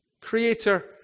creator